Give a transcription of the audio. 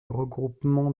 regroupement